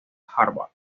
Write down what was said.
harvard